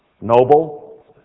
noble